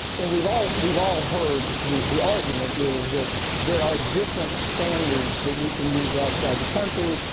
and we've all, we've all heard the the argument is that there are different standards that we can use outside the country.